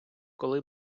коли